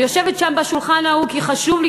אני יושבת שם ליד השולחן ההוא כי חשוב לי,